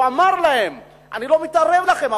הוא אמר להם: אני לא מתערב לכם,